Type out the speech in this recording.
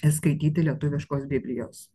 įskaityti lietuviškos biblijos